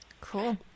Cool